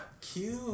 Cute